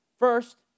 First